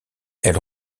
elle